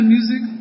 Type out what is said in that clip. Music